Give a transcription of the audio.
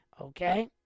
Okay